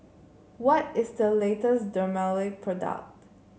what is the latest Dermale product